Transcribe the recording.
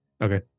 Okay